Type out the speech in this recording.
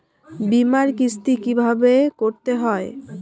বিমার কিস্তি কিভাবে করতে হয়?